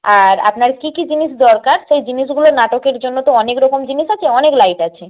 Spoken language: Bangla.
আর আপনার কী কী জিনিস দরকার সেই জিনিসগুলো নাটকের জন্য তো অনেক রকম জিনিস আছে অনেক লাইট আছে